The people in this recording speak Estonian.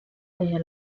teie